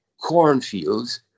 cornfields